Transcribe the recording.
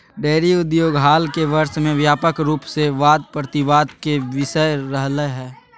dairy उद्योग हाल के वर्ष में व्यापक रूप से वाद प्रतिवाद के विषय रहलय हें